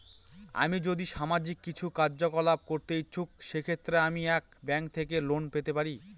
আমি যদি সামাজিক কিছু কার্যকলাপ করতে ইচ্ছুক সেক্ষেত্রে আমি কি ব্যাংক থেকে লোন পেতে পারি?